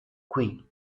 qui